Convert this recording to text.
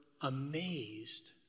amazed